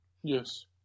Yes